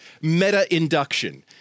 meta-induction